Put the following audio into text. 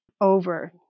over